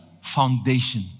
foundation